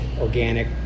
organic